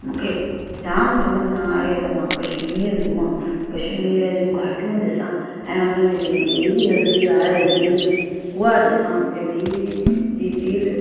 मूंखे जाम तमन्ना आहे त मां कश्मीर घुमां कश्मीर जूं घाटियूं ॾिसां ऐं हुन में जेकी ॿेड़ी हलदी आहे झील में उहा ॾिसां मूंखे ॿेड़ी जी झील